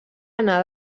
anar